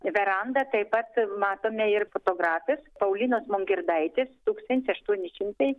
verandą taip pat matome ir fotografės paulinos mongirdaitės tūkstant aštuoni šimtai